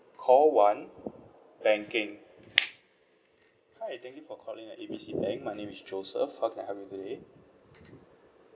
call one banking hi thank you for calling A B C bank my name is joseph how can I help you today